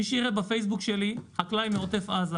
מי שהיה בפייסבוק שלי ראה חקלאי מעוטף עזה